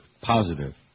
Positive